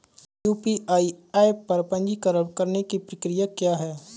UPI app पर पंजीकरण करने की प्रक्रिया क्या है?